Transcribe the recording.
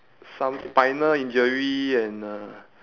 some spinal injury and uh